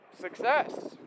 success